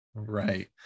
Right